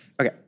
Okay